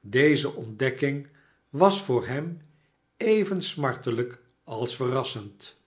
deze ontdekking was voor hem even smartelijk als verrassend